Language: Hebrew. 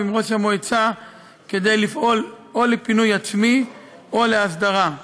עם ראש המועצה כדי לפעול או לפינוי עצמי או להסדרה.